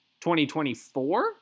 2024